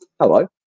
hello